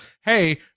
hey